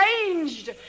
changed